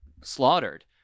slaughtered